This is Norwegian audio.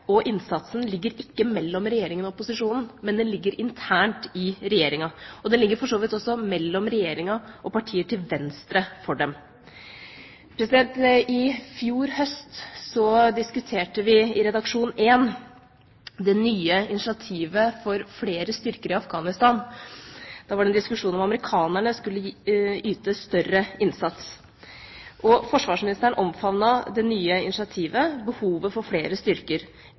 og innsatsen ligger ikke mellom Regjeringa og opposisjonen, men den ligger internt i Regjeringa, og den ligger for så vidt også mellom Regjeringa og partier til venstre for dem. I fjor høst diskuterte vi i Redaksjon EN det nye initiativet for flere styrker i Afghanistan. Da var det en diskusjon om amerikanerne skulle yte større innsats. Forsvarsministeren omfavnet det nye initiativet: behovet for flere styrker. SV, derimot, uttrykte i samme debatt en sterk motstand mot å sende flere styrker,